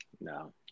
No